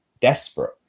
desperate